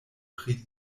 pri